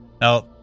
now